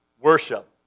worship